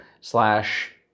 slash